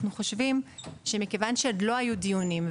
אנחנו חושבים שמכיוון שעוד לא היו דיונים,